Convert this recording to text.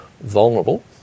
vulnerable